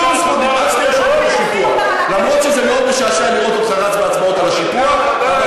אף-על-פי שזה מאוד משעשע לראות אותך רץ בהצבעות על השיפוע.